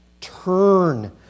Turn